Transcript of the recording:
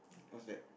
what's that